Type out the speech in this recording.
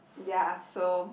ya so